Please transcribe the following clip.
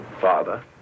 father